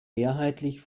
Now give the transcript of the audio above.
mehrheitlich